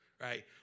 right